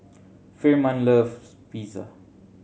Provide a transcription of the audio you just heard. Firman loves Pizza